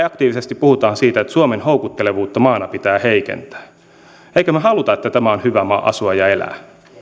aktiivisesti puhutaan siitä että suomen houkuttelevuutta maana pitää heikentää emmekö me halua että tämä on hyvä maa asua ja elää